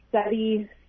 study